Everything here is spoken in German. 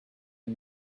den